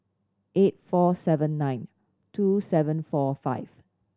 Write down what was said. eight four seven nine two seven four five